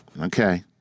Okay